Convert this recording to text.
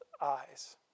eyes